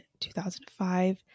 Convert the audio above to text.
2005